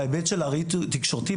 בהיבט התקשורתי,